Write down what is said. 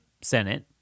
Senate